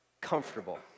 comfortable